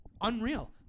Unreal